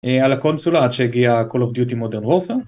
על הקונסולה עד שהגיעה Call of duty modern warfare